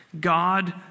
God